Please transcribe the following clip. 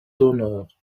d’honneur